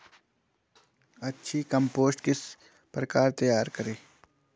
अच्छी कम्पोस्ट किस प्रकार तैयार करें?